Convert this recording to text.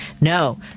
No